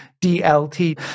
d-l-t